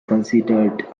considered